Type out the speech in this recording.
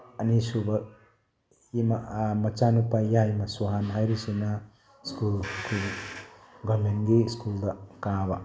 ꯑꯅꯤ ꯁꯨꯕ ꯃꯆꯥꯅꯨꯄꯥ ꯌꯥꯏꯃ ꯁꯨꯍꯥꯟ ꯍꯥꯏꯔꯤꯁꯤꯅ ꯁ꯭ꯀꯨꯜ ꯒꯚꯔꯟꯃꯦꯟꯒꯤ ꯁ꯭ꯀꯨꯜꯗ ꯀꯥꯕ